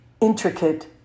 intricate